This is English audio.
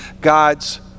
God's